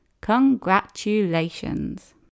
Congratulations